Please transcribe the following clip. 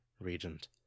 regent